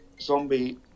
Zombie